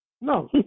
No